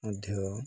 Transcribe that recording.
ମଧ୍ୟ